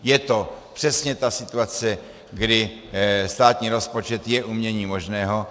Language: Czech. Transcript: Je to přesně ta situace, kdy státní rozpočet je uměním možného.